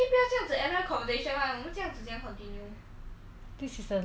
this is the longest conversation I've ever had with anybody okay